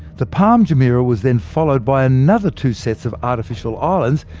the palm jemeirah was then followed by another two sets of artificial islands,